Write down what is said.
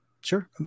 sure